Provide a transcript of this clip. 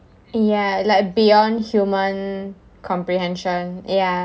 ya like beyond human comprehension ya